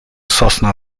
sosna